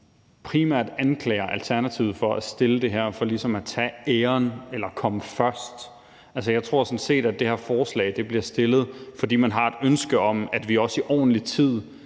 primært anklager Alternativet for at fremsætte det her forslag for ligesom at tage æren eller at komme først. Jeg tror sådan set, at det her forslag er blevet fremsat, fordi man har et ønske om, at vi også i ordentlig tid